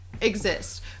exist